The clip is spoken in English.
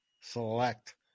select